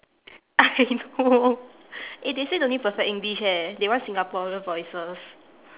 I know eh they say no need perfect english eh they want singaporean voices